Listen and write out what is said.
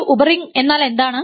ഒരു ഉപറിങ് എന്നാൽ എന്താണ്